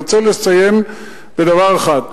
אני רוצה לסיים בדבר אחד.